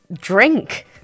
drink